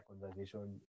conversation